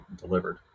delivered